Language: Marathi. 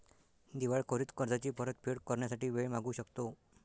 दिवाळखोरीत कर्जाची परतफेड करण्यासाठी वेळ मागू शकतो